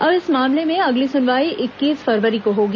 अब इस मामले में अगली सुनवाई इक्कीस फरवरी को होगी